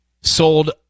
sold